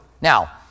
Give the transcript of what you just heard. Now